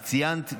את ציינת,